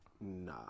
Nah